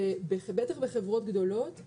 בטח בחברות גדולות.